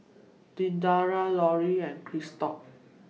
Dedra Loria and Christop